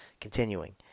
Continuing